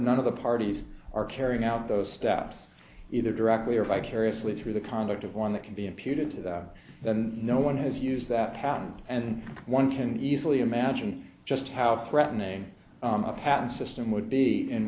none of the parties are carrying out those steps either directly or vicariously through the conduct of one that can be imputed to that then no one has used that patent and one can easily imagine just how threatening a patent system would be in